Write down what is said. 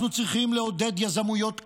אנחנו צריכים לעודד יזמויות כלכליות,